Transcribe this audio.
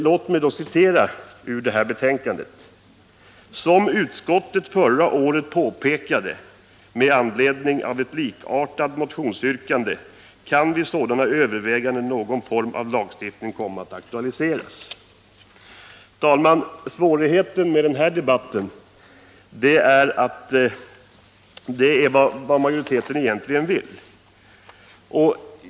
Låt mig citera följande ur betänkandet: ”Som utskottet förra året påpekade med anledning av ett likartat motionsyrkande kan vid sådana överväganden någon form av lagstiftning komma att aktualiseras.” Fru talman! Svårigheten i den här debatten är att fastställa: Vad är det egentligen majoriteten vill?